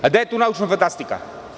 Gde je tu naučna fantastika?